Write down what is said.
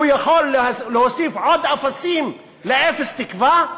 הוא יכול להוסיף עוד אפסים לאפס תקווה?